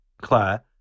Claire